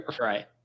Right